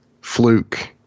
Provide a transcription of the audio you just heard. fluke